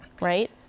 right